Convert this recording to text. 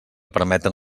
permeten